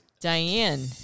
Diane